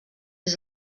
des